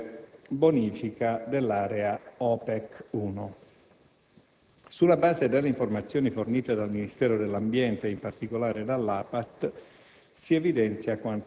e la bonifica dell'area OPEC-1. Sulla base delle informazioni fornite dal Ministero dell'ambiente e, in particolare, dall'APAT,